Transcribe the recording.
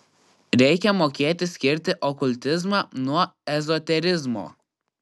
reikia mokėti skirti okultizmą nuo ezoterizmo